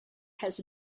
had